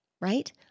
Right